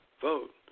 vote